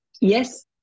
Yes